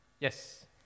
Yes